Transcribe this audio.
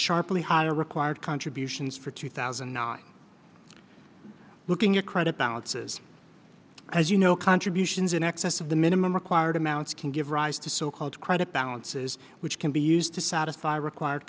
sharply higher required contributions for two thousand and nine looking your credit balances as you know contributions in excess of the minimum required amounts can give rise to so called credit balances which can be used to satisfy required